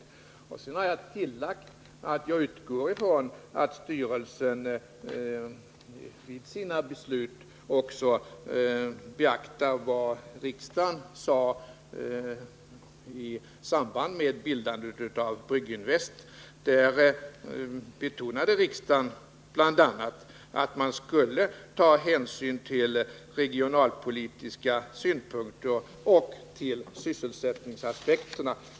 Jag har i det sammanhanget tillagt i svaret att jag utgår från att styrelsen vid sina beslut också beaktar vad riksdagen uttalade i samband med bildandet av Brygginvest. Riksdagen betonade då bl.a. att hänsyn skulle tas till de regionalpolitiska synpunkterna och till sysselsättningsaspekterna.